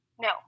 no